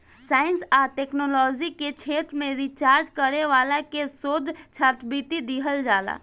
science आ technology के क्षेत्र में रिसर्च करे वाला के शोध छात्रवृत्ति दीहल जाला